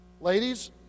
Ladies